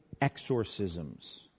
exorcisms